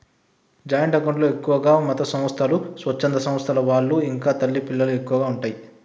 joint account లో ఎక్కువగా మతసంస్థలు, స్వచ్ఛంద సంస్థల వాళ్ళు ఇంకా తల్లి పిల్లలకు ఎక్కువగా ఉంటయ్